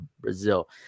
Brazil